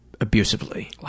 abusively